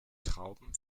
trauben